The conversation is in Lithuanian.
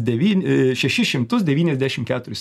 devyni šešis šimtus devyniasdešim keturis